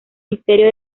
misterio